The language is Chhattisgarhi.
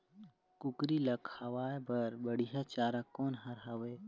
कुकरी ला खवाए बर बढीया चारा कोन हर हावे?